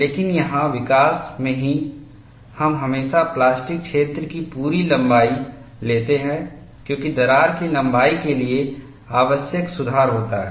लेकिन यहां विकास में ही हम हमेशा प्लास्टिक क्षेत्र की पूरी लंबाई लेते हैं क्योंकि दरार की लंबाई के लिए आवश्यक सुधार होता है